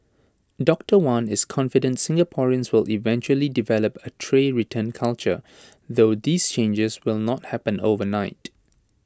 doctor wan is confident Singaporeans will eventually develop A tray return culture though these changes will not happen overnight